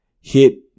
hit